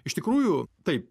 iš tikrųjų taip